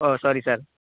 oh sorry sir